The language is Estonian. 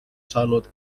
saanud